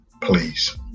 please